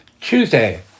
Tuesday